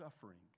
suffering